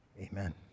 Amen